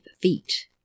feet